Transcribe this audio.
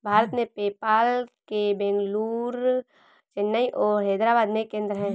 भारत में, पेपाल के बेंगलुरु, चेन्नई और हैदराबाद में केंद्र हैं